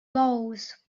bowls